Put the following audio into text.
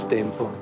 tempo